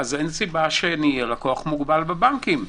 אין סיבה שאהיה לקוח מוגבל בבנקים.